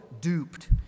duped